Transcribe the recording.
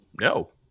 no